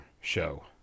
show